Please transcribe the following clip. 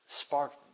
sparked